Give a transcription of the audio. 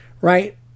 right